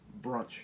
Brunch